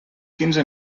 quinze